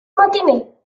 matiner